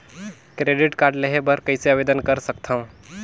Credit card लेहे बर कइसे आवेदन कर सकथव?